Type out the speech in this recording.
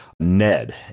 ned